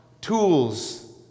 tools